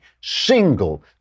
single